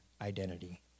identity